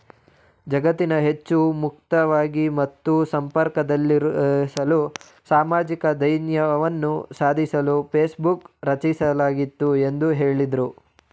ಜಗತ್ತನ್ನ ಹೆಚ್ಚು ಮುಕ್ತವಾಗಿ ಮತ್ತು ಸಂಪರ್ಕದಲ್ಲಿರಿಸಲು ಸಾಮಾಜಿಕ ಧ್ಯೇಯವನ್ನ ಸಾಧಿಸಲು ಫೇಸ್ಬುಕ್ ರಚಿಸಲಾಗಿದೆ ಎಂದು ಹೇಳಿದ್ರು